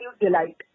delight